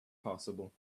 possible